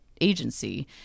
agency